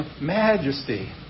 Majesty